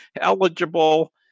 eligible